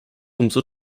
umso